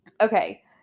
Okay